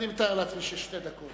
אני חושב שיותר מכובד